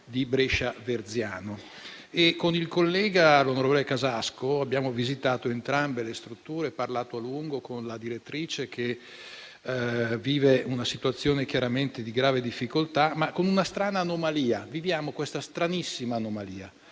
di Brescia Verziano. Con il collega onorevole Casasco abbiamo visitato entrambe le strutture e parlato a lungo con la direttrice, che vive una situazione chiaramente di grave difficoltà, ma con una strana anomalia: questi due istituti